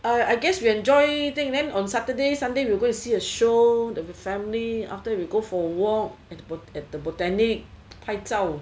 I guess we enjoy thing then on saturday sunday we will go see a show family after that we will go for a walk at the botanic 拍照